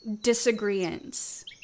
disagreements